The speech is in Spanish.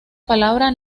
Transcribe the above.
palabra